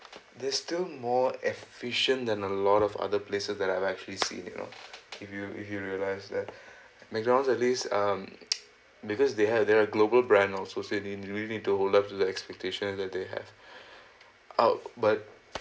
they still more efficient than a lot of other places that I've actually seen you know if you if you realize that McDonald's at least um because they have they're a global brand also so they really need to hold up to the expectation that they have I'll but